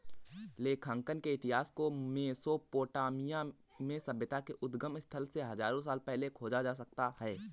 लेखांकन के इतिहास को मेसोपोटामिया में सभ्यता के उद्गम स्थल से हजारों साल पहले खोजा जा सकता हैं